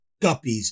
guppies